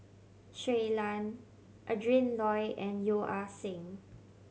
Shui Lan Adrin Loi and Yeo Ah Seng